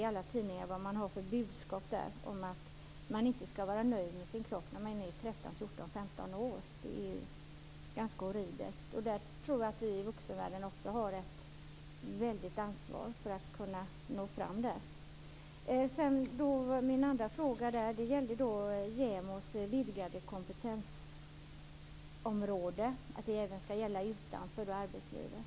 Vi kan i tidningar se att det ges budskap om att 13-,14 och 15-åringar inte skall vara nöjda med sin kropp. Det är ganska horribelt. Vi har i vuxenvärlden ett stort ansvar för att ändra på detta. Min andra fråga gällde att JämO:s kompetensområde skall utvidgas till att också gälla utanför arbetslivet.